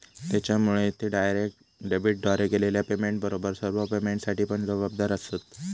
त्येच्यामुळे ते डायरेक्ट डेबिटद्वारे केलेल्या पेमेंटबरोबर सर्व पेमेंटसाठी पण जबाबदार आसंत